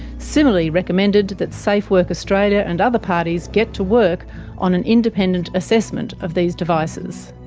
similarly recommended that safe work australia and other parties get to work on an independent assessment of these devices.